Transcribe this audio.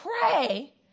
pray